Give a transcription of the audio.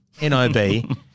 N-O-B